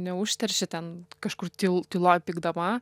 neužterši ten kažkur tyl tyloj pykdama